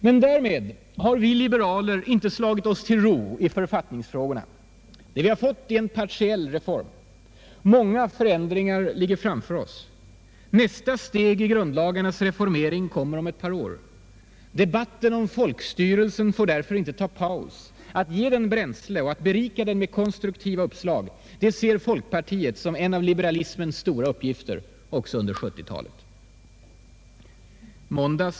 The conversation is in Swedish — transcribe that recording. Men därmed har vi liberaler inte slagit oss till ro i författningsfrågorna. Det vi fått är en partiell reform. Många förändringar ligger framför oss. Nästa steg i grundlagarnas reformering kommer om ett par år. Debatten om folkstyrelsen får därför inte ta paus. Att ge den bränsle och berika den med konstruktiva uppslag ser folkpartiet som en av liberalismens stora uppgifter också under 1970-talet.